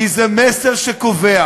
כי זה מסר שקובע